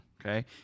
okay